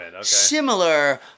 similar